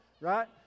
right